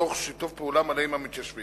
תוך שיתוף פעולה מלא עם המתיישבים.